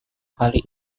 kali